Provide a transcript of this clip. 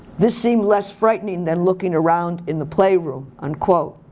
this seemed less frightening than looking around in the playroom, unquote.